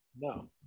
No